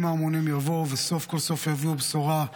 האמונים יבואו וסוף כל סוף יביאו בשורה.